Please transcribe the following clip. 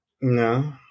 No